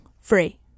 Free